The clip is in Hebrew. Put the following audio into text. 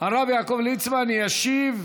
הרב יעקב ליצמן ישיב.